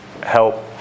Help